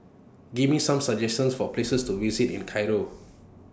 Give Me Some suggestions For Places to visit in Cairo